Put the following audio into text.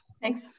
Thanks